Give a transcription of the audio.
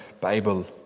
Bible